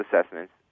assessments